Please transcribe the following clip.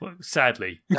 sadly